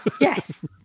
yes